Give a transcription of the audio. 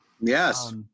Yes